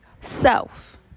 self